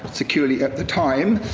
securely at the time.